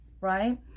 right